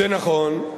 זה נכון.